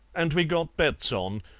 and we got bets on,